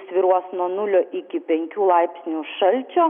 svyruos nuo nulio iki penkių laipsnių šalčio